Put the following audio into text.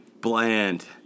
Bland